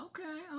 Okay